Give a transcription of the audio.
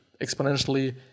exponentially